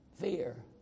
fear